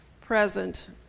present